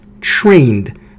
trained